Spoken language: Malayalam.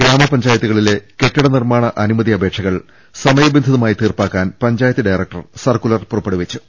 ഗ്രാമപഞ്ചായത്തുകളിലെ കെട്ടിട നിർമ്മാണ അനുമതി അപേ ക്ഷകൾ സമയബന്ധിതമായി തീർപ്പാക്കാൻ പഞ്ചായത്ത് ഡയറ ക്ടർ സർക്കുലർ പുറപ്പെടുവിച്ചു